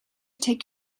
take